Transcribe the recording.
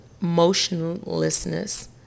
motionlessness